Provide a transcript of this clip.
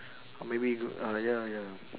or maybe go uh ya ya